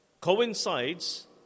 coincides